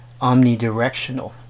omnidirectional